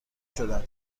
شدم